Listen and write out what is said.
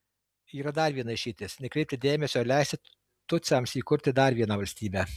yra dar viena išeitis nekreipti dėmesio ir leisti tutsiams įkurti dar vieną valstybę